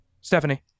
Stephanie